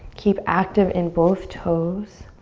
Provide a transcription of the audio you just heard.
keep active in both toes,